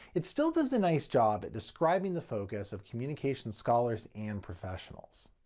it still does a nice job at describing the focus of communication scholars and professionals.